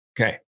Okay